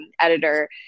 editor